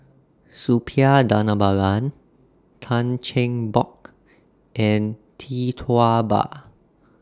Suppiah Dhanabalan Tan Cheng Bock and Tee Tua Ba